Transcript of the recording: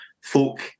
folk